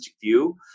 view